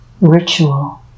ritual